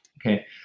okay